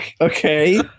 Okay